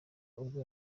ubwo